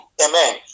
amen